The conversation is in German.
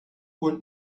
und